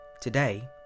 Today